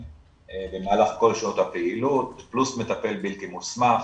במהלך כל שעות הפעילות, פלוס מטפל בלתי מוסמך,